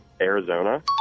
Arizona